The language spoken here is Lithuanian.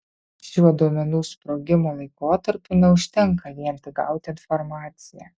šiuo duomenų sprogimo laikotarpiu neužtenka vien tik gauti informaciją